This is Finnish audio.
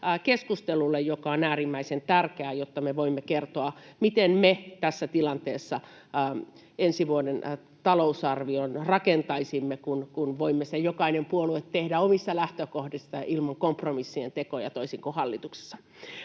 keskustelulle, joka on äärimmäisen tärkeää, jotta me voimme kertoa, miten me tässä tilanteessa ensi vuoden talousarvion rakentaisimme, kun voimme sen jokainen puolue tehdä omista lähtökohdista ilman kompromissien tekoa toisin kuin hallituksessa.